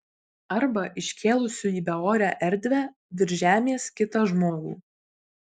arba iškėlusių į beorę erdvę virš žemės kitą žmogų